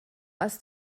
als